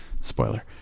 spoiler